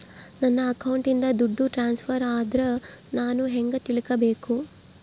ನನ್ನ ಅಕೌಂಟಿಂದ ದುಡ್ಡು ಟ್ರಾನ್ಸ್ಫರ್ ಆದ್ರ ನಾನು ಹೆಂಗ ತಿಳಕಬೇಕು?